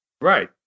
Right